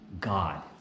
God